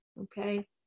okay